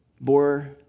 bore